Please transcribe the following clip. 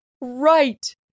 right